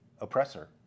oppressor